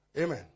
Amen